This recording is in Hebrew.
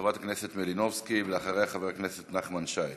חברת הכנסת מלינובסקי, ואחריה, חבר הכנסת נחמן שי.